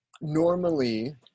normally